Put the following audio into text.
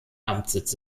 amtssitz